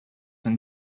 and